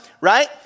right